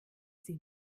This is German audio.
sie